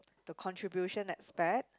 the contribution aspect